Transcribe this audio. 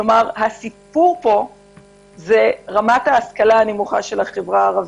כלומר הסיפור פה הוא רמת ההשכלה הנמוכה של החברה הערבית.